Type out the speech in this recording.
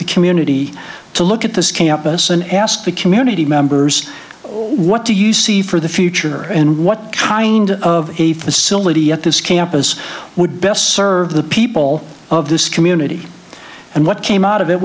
the community to look at this campus and ask the community members what do you see for the future and what kind of a facility at this campus would best serve the people of this community and what came out of it